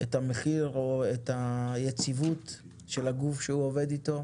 את המחיר או את היציבות של הגוף שהוא עובד איתו.